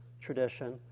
tradition